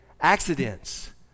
accidents